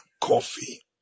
coffee